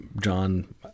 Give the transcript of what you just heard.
John